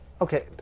okay